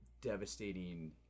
devastating